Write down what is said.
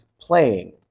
playing